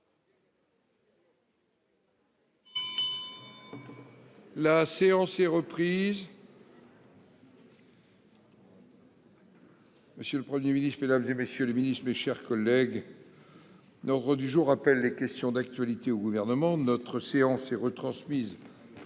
La séance est reprise.